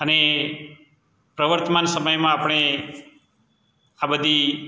અને પ્રવર્તમાન સમયમાં આપણે આ બધી